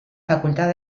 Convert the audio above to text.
facultad